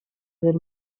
per